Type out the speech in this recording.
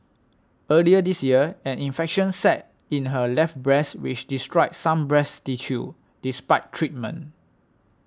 early this year an infection set in her left breast which destroyed some breast tissue despite treatment